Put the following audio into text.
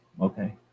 Okay